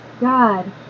God